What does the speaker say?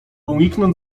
uniknąć